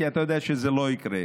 כי אתה יודע שזה לא יקרה.